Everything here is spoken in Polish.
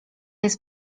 jest